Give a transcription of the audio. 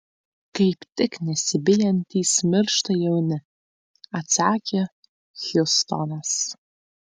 kaip tik nesibijantys miršta jauni atsakė hjustonas